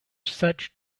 such